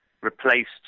replaced